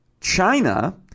China